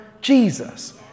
Jesus